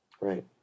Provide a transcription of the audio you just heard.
right